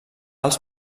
els